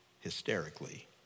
hysterically